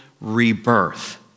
rebirth